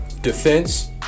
defense